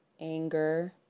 anger